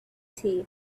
tea